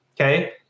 okay